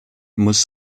muss